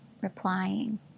replying